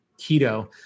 keto